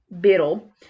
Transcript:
Biddle